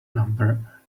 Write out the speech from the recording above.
number